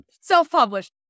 self-published